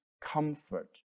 comfort